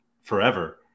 forever